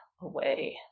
Away